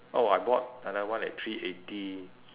oh I bought another one at three eighty